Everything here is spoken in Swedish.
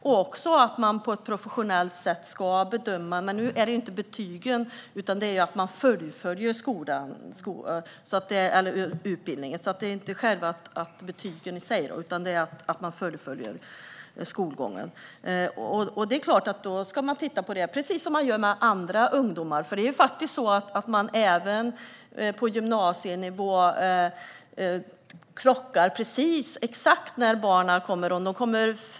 Nu är det inte betygen som ska bedömas utan det är att man fullföljer skolan eller utbildningen. Det är alltså inte betygen i sig som räknas. Det är klart att man ska titta på det, precis som man gör när det gäller andra ungdomar. På gymnasienivå klockar man exakt när eleverna kommer till skolan.